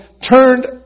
turned